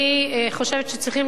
מספיק.